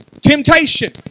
temptation